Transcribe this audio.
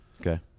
Okay